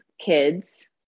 kids